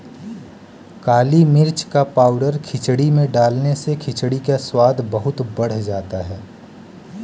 काली मिर्च का पाउडर खिचड़ी में डालने से खिचड़ी का स्वाद बहुत बढ़ जाता है